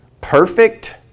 perfect